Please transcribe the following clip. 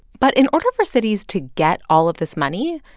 but in order for cities to get all of this money,